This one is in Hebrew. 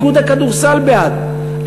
איגוד הכדורסל בעד.